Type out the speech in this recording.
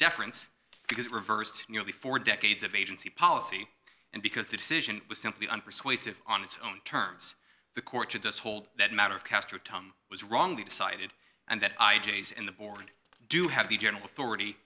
deference because it reversed nearly four decades of agency policy and because the decision was simply unpersuasive on its own terms the court to does hold that matter of castra tom was wrongly decided and that i g s in the board do have the general authority